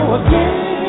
again